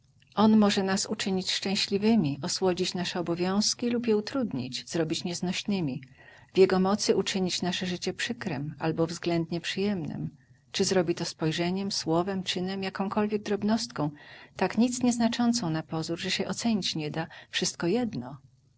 on może nas uczynić szczęśliwymi osłodzić nasze obowiązki lub je utrudnić zrobić nieznośnymi w jego mocy uczynić nasze życie przykrem albo względnie przyjemnem czy zrobi to spojrzeniem słowem czynem jakąkolwiek drobnostką tak nic nieznaczącą na pozór że się ocenić nie da wszystko jedno